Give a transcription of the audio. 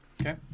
okay